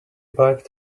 biked